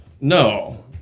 No